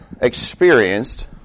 experienced